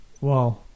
Wow